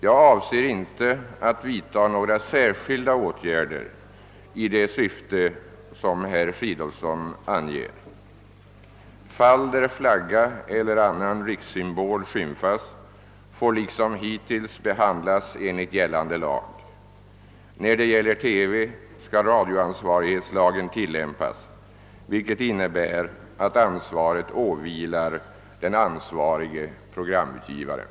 Jag avser inte att vidta några särskilda åtgärder i det syfte som herr Fridolsson anger. Fall där flagga eller annan rikssymbol skymfas får liksom hittills behandlas enligt gällande lag. När det gäller TV skall radioansvarighetslagen tillämpas, vilket innebär att ansvaret åvilar den ansvarige programutgivaren.